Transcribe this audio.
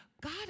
God